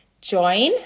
join